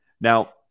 Now